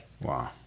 Wow